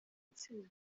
intsinzi